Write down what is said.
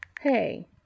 Hey